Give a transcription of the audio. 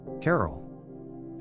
Carol